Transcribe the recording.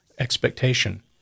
expectation